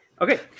Okay